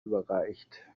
überreicht